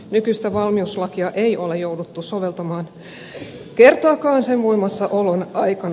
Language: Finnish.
nykyistä valmiuslakia ei ole jouduttu soveltamaan kertaakaan sen voimassaolon aikana